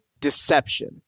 deception